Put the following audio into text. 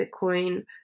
Bitcoin